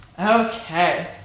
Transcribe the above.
Okay